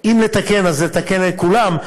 אם לתקן, אז לתקן לכולם.